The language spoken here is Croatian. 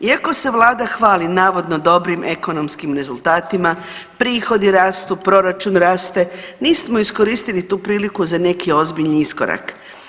Iako se vlada hvali navodno dobrim ekonomskim rezultatima, prihodi rasu, proračun raste nismo iskoristili tu priliku za neki ozbiljni iskorak.